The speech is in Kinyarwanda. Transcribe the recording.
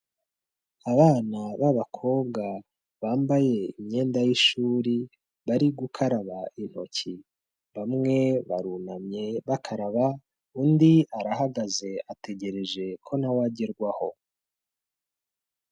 Abana b'abakobwa bambaye imyenda y'ishuri bari gukaraba intoki, bamwe barunamye bakaraba, undi arahagaze ategereje ko nawe agerwaho.